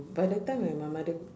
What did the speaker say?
by the time my my mother